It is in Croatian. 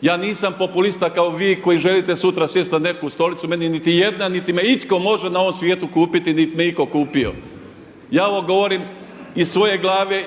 Ja nisam populista kao vi koji želite sutra sjesti na neku stolicu meni niti jedna, niti me itko može na ovom svijetu kupiti, niti me itko kupio. Ja ovo govorim iz svoje glave